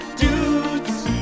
dudes